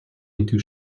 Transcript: into